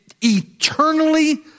eternally